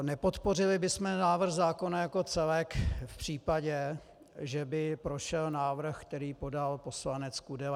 Nepodpořili bychom návrh zákona jako celek v případě, že by prošel návrh, který podal poslanec Kudela.